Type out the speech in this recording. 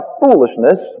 foolishness